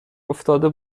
افتاده